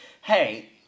Hey